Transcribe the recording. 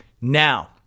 Now